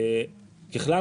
ככלל,